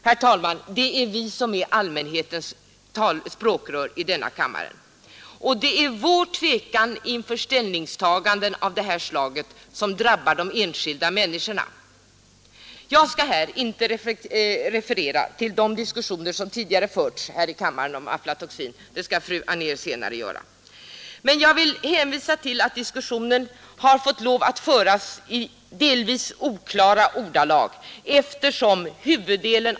Herr talman! Det är vi som är allmänhetens språkrör i denna kammare. Det är vår tvekan inför ställningstaganden av detta slag som drabbar de enskilda människorna. Jag skall inte referera till de diskussioner som tidigare förts här i kammaren om aflatoxinet — det skall fru Anér senare göra — men jag vill hänvisa till att diskussionen har fått föras i delvis oklara ordalag.